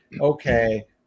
Okay